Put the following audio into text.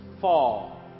fall